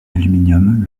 aluminium